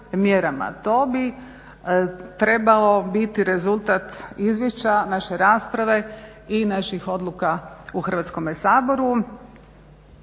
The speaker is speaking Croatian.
To bi trebao biti rezultat Izvješća, naše rasprave i naših odluka u Hrvatskome saboru.